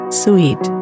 sweet